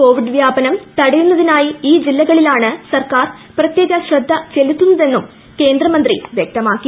Covid വ്യാപനം തടയുന്നതിനായി ഈ ജില്ലകളിലാണ് സർക്കാർ പ്രത്യേക ശ്രദ്ധ ചെലുത്തുന്നതെന്നും കേന്ദ്രമന്ത്രി വ്യക്തമാക്കി